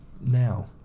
now